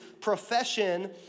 profession